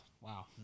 Wow